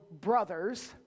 brothers